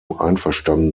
einverstanden